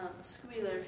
Squealer